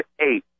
eight